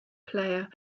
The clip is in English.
player